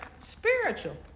spiritual